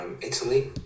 Italy